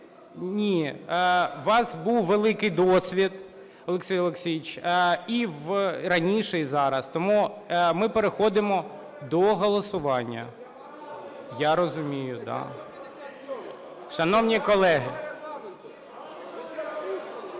Ні, у вас був великий досвід, Олексій Олексійович, і раніше, і зараз, тому ми переходимо до голосування. Я розумію, да. Шановні колеги!